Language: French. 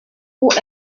pour